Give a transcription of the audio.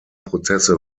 prozesse